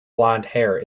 blondhair